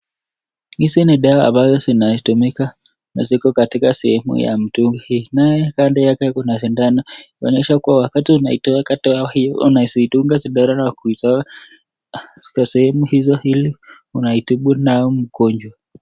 Hizi ni dawa ambazo zinatumika na ziko katika sehemu ya mtungi. Naye kando yake kuna sindano kuonyesha kuwa wakati unaitoa kato hiyo unaeza kuidunga sindano na kutoa kwa sehemu hizo ili unaitibu nayo mgonjwa.